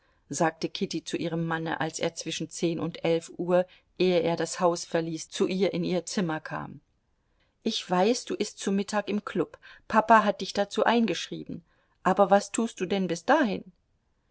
sagte kitty zu ihrem manne als er zwischen zehn und elf uhr ehe er das haus verließ zu ihr in ihr zimmer kam ich weiß du ißt zu mittag im klub papa hat dich dazu eingeschrieben aber was tust du denn bis dahin